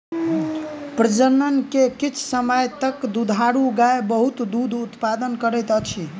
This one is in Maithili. प्रजनन के किछ समय तक दुधारू गाय बहुत दूध उतपादन करैत अछि